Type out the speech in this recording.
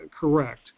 correct